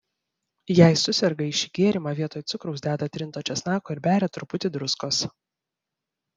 jei suserga į šį gėrimą vietoj cukraus deda trinto česnako ir beria truputį druskos